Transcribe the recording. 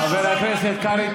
חבר הכנסת קרעי,